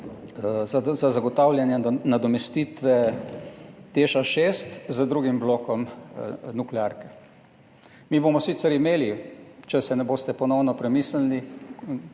za zagotavljanje nadomestitve TEŠ 6 z drugim blokom nuklearke. Mi bomo sicer imeli, če si ne boste ponovno premislili